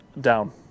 Down